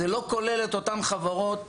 זה לא כולל את אותן חברות,